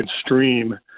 stream